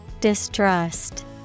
Distrust